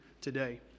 today